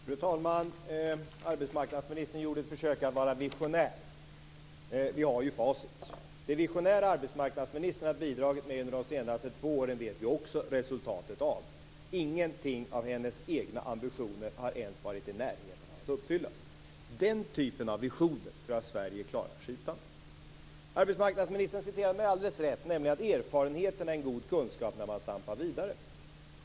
Fru talman! Arbetsmarknadsministern gjorde ett försök att vara visionär men vi har ju facit. Resultatet av vad den visionära arbetsmarknadsministern har bidragit med under de två senaste åren känner vi till. Ingenting när det gäller hennes egna ambitioner har ens varit i närheten av att uppfyllas. Den typen av visioner tror jag att Sverige klarar sig utan. Arbetsmarknadsministern citerar mig alldeles rätt: Erfarenhet är en god kunskap när man stampar vidare.